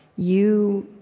you,